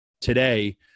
today